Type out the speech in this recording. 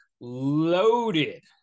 loaded